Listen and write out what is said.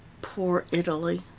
poor italy!